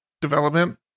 development